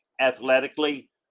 Athletically